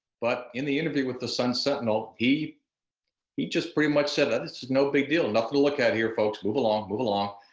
but, in the interview with the sun sentinel he he just pretty much said and it's no big deal, nothin' to look at here folks, move along, move along.